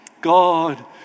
God